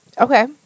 Okay